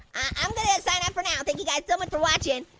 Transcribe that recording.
i'm gonna sign off for now. thank you guys so much for watching.